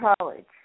College